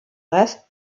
rest